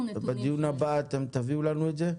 בדיון הבא אתם תביאו לנו את זה?